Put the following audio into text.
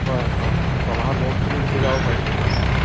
হয় অঁ ছমাহত বহুতখিনি শিকি যাব পাৰিম হয় অঁ অঁ